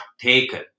taken